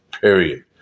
Period